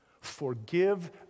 Forgive